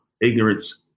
ignorance